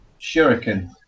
Shuriken